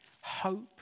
hope